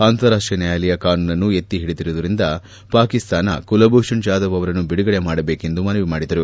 ಅಂತಾರಾಷ್ಟೀಯ ನ್ಯಾಯಾಲಯ ಕಾನೂನನ್ನು ಎತ್ತಿ ಹಿಡಿದಿರುವುದರಿಂದ ಪಾಕಿಸ್ತಾನ ಕುಲಭೂಷಣ್ ಜಾದವ್ ಅವರನ್ನು ಬಿಡುಗಡೆ ಮಾಡಬೇಕೆಂದು ಮನವಿ ಮಾಡಿದರು